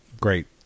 great